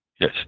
Yes